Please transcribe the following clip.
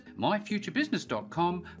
myfuturebusiness.com